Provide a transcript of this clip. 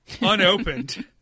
unopened